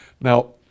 Now